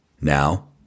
Now